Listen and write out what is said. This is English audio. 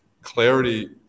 Clarity